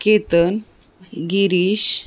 Ketan Girish